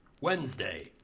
Wednesday